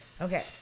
Okay